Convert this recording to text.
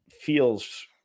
feels